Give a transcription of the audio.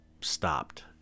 stopped